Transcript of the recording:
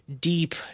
deep